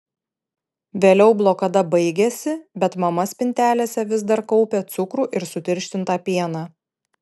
vėliau blokada baigėsi bet mama spintelėse vis dar kaupė cukrų ir sutirštintą pieną